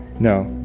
no,